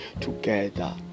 together